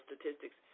statistics